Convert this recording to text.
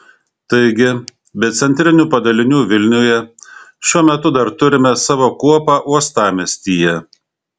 taigi be centrinių padalinių vilniuje šiuo metu dar turime savo kuopą uostamiestyje